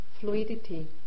fluidity